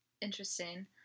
Interesting